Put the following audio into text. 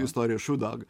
istoriją šiū dog